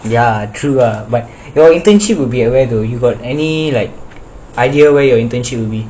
ya true ah but your internship will be at where though you got any like idea where your internship be